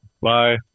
Bye